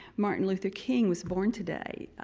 martin luther king was born today.